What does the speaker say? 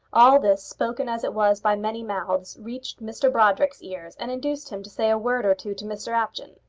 all this, spoken as it was by many mouths reached mr brodrick's ears, and induced him to say a word or two to mr apjohn.